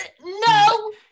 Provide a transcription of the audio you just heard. No